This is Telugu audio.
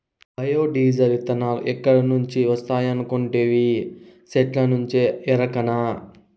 బయో డీజిలు, ఇతనాలు ఏడ నుంచి వస్తాయనుకొంటివి, సెట్టుల్నుంచే ఎరకనా